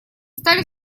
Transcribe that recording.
стали